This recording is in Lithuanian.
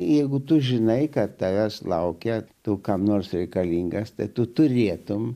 jeigu tu žinai kas tavęs laukia tu kam nors reikalingas tai tu turėtumei